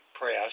press